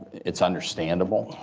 it's understandable.